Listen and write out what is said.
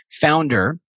founder